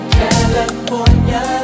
california